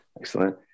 Excellent